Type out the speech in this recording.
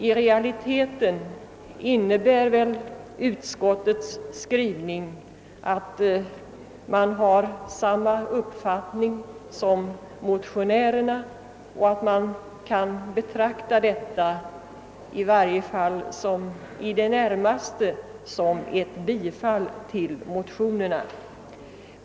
I realiteten innebär väl utskottets skrivning att man har samma uppfattning som motionärerna och att skrivningen kan betraktas som i det närmaste en tillstyrkan av motionerna.